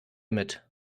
mit